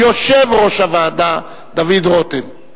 וייכנס לספר החוקים של מדינת ישראל.